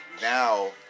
now